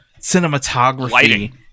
cinematography